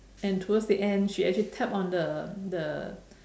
and towards the end she actually tap on the the